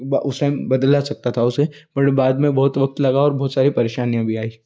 ब उस टाइम बदला सकता था उसे पर बाद में बहुत वक्त लगा और बहुत सारी परेशानियों भी आई